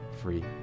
free